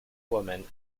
woman